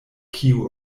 kiu